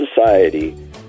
society